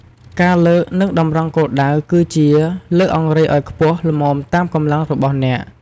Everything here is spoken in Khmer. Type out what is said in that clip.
ការលើក និងតម្រង់គោលដៅគឺជា លើកអង្រែឱ្យខ្ពស់ល្មមតាមកម្លាំងរបស់អ្នក។